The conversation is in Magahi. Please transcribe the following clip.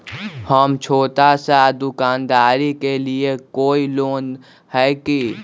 हम छोटा सा दुकानदारी के लिए कोई लोन है कि?